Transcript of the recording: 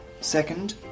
second